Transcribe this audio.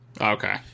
Okay